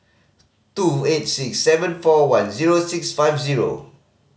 two eight six seven four one zero six five zero